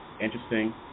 Interesting